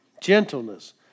gentleness